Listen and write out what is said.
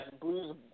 blues